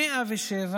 107,